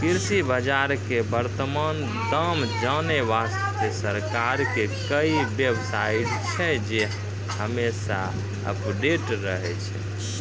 कृषि बाजार के वर्तमान दाम जानै वास्तॅ सरकार के कई बेव साइट छै जे हमेशा अपडेट रहै छै